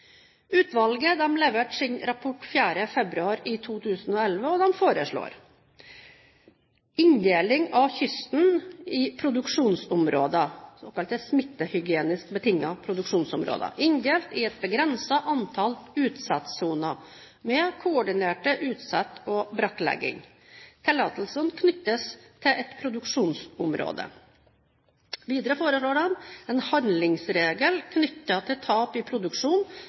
Utvalget leverte sin rapport den 4. februar 2011, og de foreslår: inndeling av kysten i såkalte smittehygienisk betingede produksjonsområder, inndelt i et begrenset antall «utsett-soner» med koordinerte utsett og brakklegging, og der tillatelsene knyttes til et produksjonsområde en handlingsregel knyttet til tap i